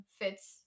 fits